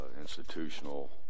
institutional